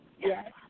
Yes